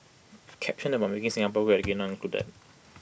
caption about making Singapore great again not included